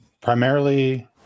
Primarily